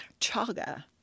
Chaga